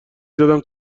زدم